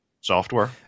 software